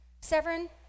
Severin